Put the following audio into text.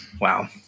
Wow